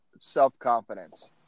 self-confidence